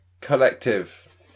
Collective